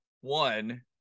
one